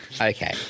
Okay